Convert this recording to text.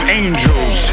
angels